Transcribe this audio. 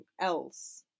else